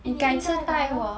eh 你应该来咯